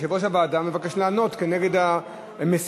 יושב-ראש הוועדה מבקש לענות כנגד המשיגים.